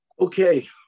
Okay